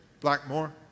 Blackmore